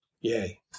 Yay